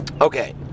Okay